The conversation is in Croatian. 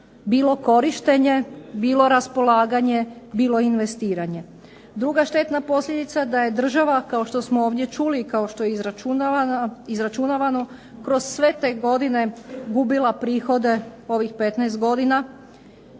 bilo korištenje, bilo raspolaganje, bilo investiranje. Druga štetna posljedica da je država kao što smo ovdje čuli i kao što je izračunavano kroz sve te godine gubila prihode ovih 15 godina,